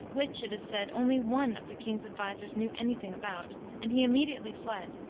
which, it is said, only one of the king's advisers knew any thing about, and he immediately fled.